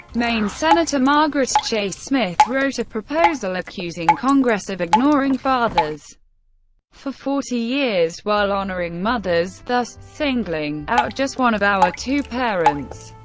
maine senator margaret chase smith wrote a proposal accusing congress of ignoring fathers for forty years while honoring mothers, thus singling out just one of our two parents.